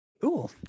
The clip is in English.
Cool